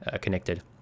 connected